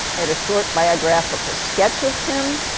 had a short biographical sketch of him.